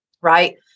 right